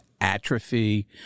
atrophy